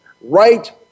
right